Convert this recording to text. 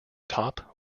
top